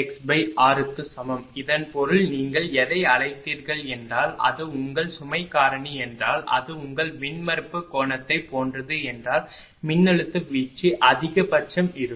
xr க்கு சமம் இதன் பொருள் நீங்கள் எதை அழைத்தீர்கள் என்றால் அது உங்கள் சுமை காரணி என்றால் அது உங்கள் மின்மறுப்புக் கோணத்தைப் போன்றது என்றால் மின்னழுத்த வீழ்ச்சி அதிகபட்ச இருக்கும்